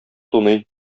туный